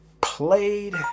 played